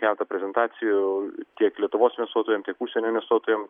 keletą prezentacijų tiek lietuvos investuotojam tiek užsienio investuotojam